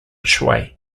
shui